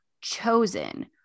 chosen